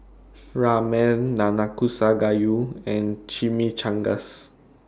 Ramen Nanakusa Gayu and Chimichangas